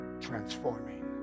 transforming